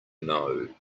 know